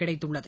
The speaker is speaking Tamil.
கிடைத்குள்ளது